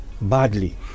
badly